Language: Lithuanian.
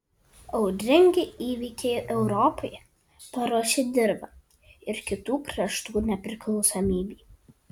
audringi įvykiai europoje paruošė dirvą ir kitų kraštų nepriklausomybei